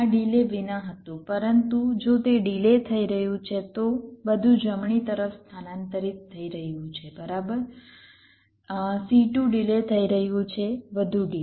આ ડિલે વિના હતું પરંતુ જો તે ડિલે થઈ રહ્યું છે તો બધું જમણી તરફ સ્થાનાંતરિત થઈ રહ્યું છે બરાબર C2 ડિલે થઈ રહ્યું છે વધુ ડિલે